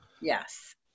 Yes